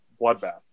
bloodbath